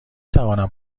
توانم